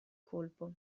colpo